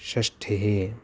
षष्टिः